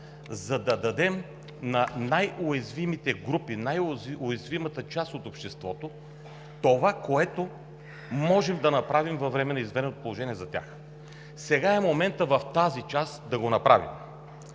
за да дадем на най-уязвимите групи, най-уязвимата част от обществото това, което можем да направим за тях във времето на извънредното положение. Сега е моментът в тази част да го направим.